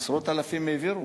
עשרות אלפים העבירו,